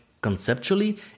conceptually